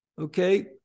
okay